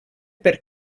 per